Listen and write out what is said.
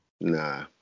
Nah